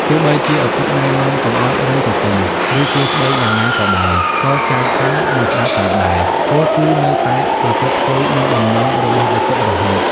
ទោះបីជាឪពុកណែនាំកុំឱ្យរឹងទទឹង ឬជេរស្តីយ៉ាងណាក៏ដោយ ក៏ចៅឆើយ មិនស្តាប់តាមដែរ ពោលគឺនៅតែប្រព្រឹត្តផ្ទុយនឹងបំណងរបស់ឪពុករហូត ។